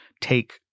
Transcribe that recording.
take